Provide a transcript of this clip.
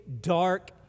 dark